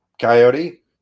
coyote